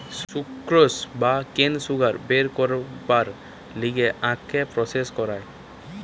sucrose বা কেন sugar বের করবার লিগে আখকে প্রসেস করায়